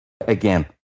again